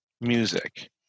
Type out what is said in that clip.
music